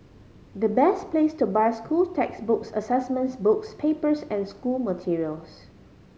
the best place to buy school textbooks assessments books papers and school materials